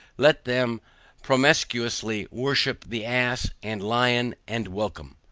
let them promiscuously worship the ass and lion, and welcome.